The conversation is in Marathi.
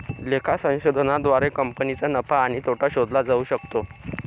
लेखा संशोधनाद्वारे कंपनीचा नफा आणि तोटा शोधला जाऊ शकतो